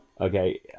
Okay